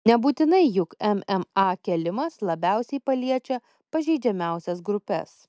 nebūtinai juk mma kėlimas labiausiai paliečia pažeidžiamiausias grupes